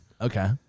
Okay